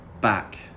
back